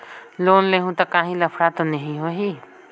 Loan लेहूं ता काहीं लफड़ा तो नी होहि?